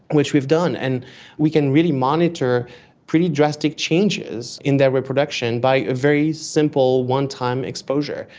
which we've done. and we can really monitor pretty drastic changes in their reproduction by a very simple one-time exposure,